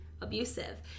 abusive